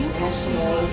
national